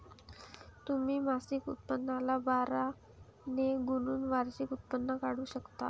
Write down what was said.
तुम्ही मासिक उत्पन्नाला बारा ने गुणून वार्षिक उत्पन्न काढू शकता